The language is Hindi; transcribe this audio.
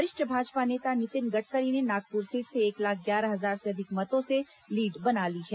वरिष्ठ भाजपा नेता नितिन गडकरी ने नागपुर सीट से एक लाख ग्यारह हजार से अधिक मतों से लीड बना ली है